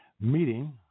meeting